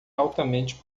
altamente